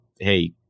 hey